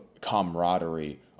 camaraderie